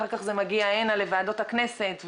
ואחר כך זה מגיע הנה לוועדות הכנסת,